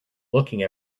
looking